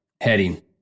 heading